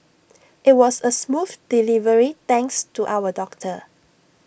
IT was A smooth delivery thanks to our doctor